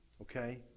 Okay